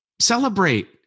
celebrate